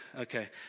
okay